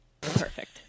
perfect